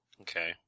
Okay